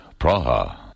Praha